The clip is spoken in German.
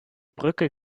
brücke